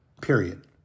Period